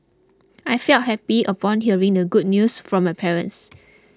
I felt happy upon hearing the good news from my parents